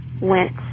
went